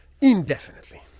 indefinitely